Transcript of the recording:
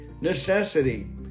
necessity